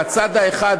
בצד האחד,